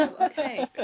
Okay